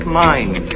mind